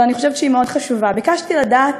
אבל אני חושבת שהיא מאוד חשובה: ביקשתי לדעת